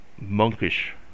monkish